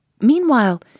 Meanwhile